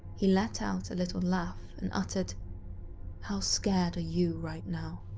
he let out a little laugh and uttered how scared are you, right now?